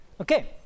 Okay